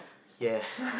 ya